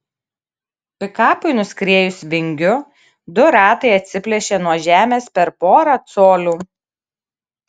pikapui nuskriejus vingiu du ratai atsiplėšė nuo žemės per porą colių